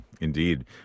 indeed